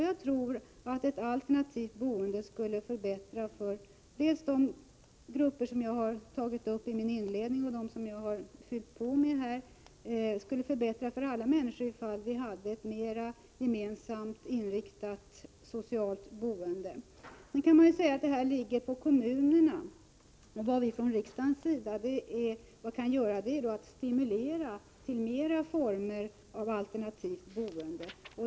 Jag tror att ett alternativt boende skulle förbättra förhållandena för de grupper jag talat om i min inledning och dem som jag här har fyllt på med. Ja, jag tror att det skulle förbättra förhållandena för alla människor om vi hade ett mera gemensamt inriktat, socialt boende. Man kan naturligtvis säga att det här ankommer på kommunerna. Vad vi från riksdagens sida kan göra är att stimulera till flera former av och mera av alternativt boende.